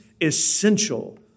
essential